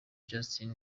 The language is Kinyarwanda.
justin